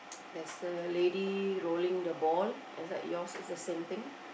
there's the lady rolling the ball is that yours is the same thing